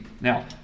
Now